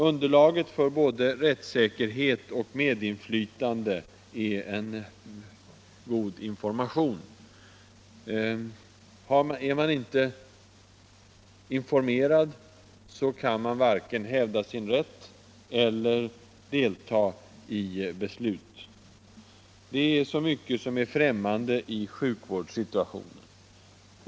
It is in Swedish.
Grunden för både rättssäkerhet och medinflytande är god information. Är man inte informerad kan man varken hävda sin rätt eller delta i beslut. Det är så mycket som är främmande i sjukvårdssituationen.